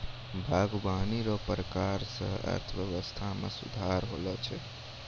बागवानी रो प्रकार से अर्थव्यबस्था मे सुधार होलो छै